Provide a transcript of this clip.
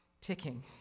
ticking